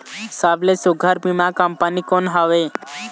सबले सुघ्घर बीमा कंपनी कोन हवे?